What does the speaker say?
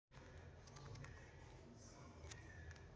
ಇವಾಗಿನ ಕೇಂದ್ರ ಹಣಕಾಸಿನ ಸಚಿವರು ಯಾರದರ